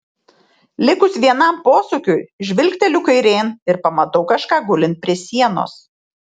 likus vienam posūkiui žvilgteliu kairėn ir pamatau kažką gulint prie sienos